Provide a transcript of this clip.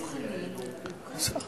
הנשיאות